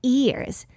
ears